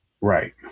Right